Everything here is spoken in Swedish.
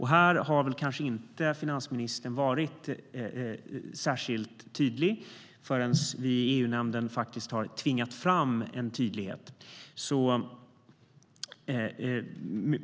Här har finansministern kanske inte varit särskilt tydlig, förrän vi i EU-nämnden faktiskt tvingade fram en tydlighet.